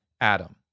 Adam